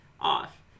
off